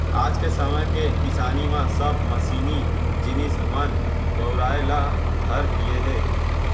आज के समे के किसानी म सब मसीनी जिनिस मन बउराय ल धर लिये हें